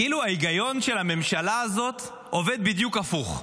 כאילו ההיגיון של הממשלה הזאת עובד בדיוק הפוך.